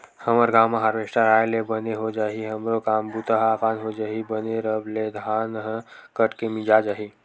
हमर गांव म हारवेस्टर आय ले बने हो जाही हमरो काम बूता ह असान हो जही बने रब ले धान ह कट के मिंजा जाही